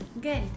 Good